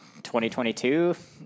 2022